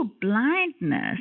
blindness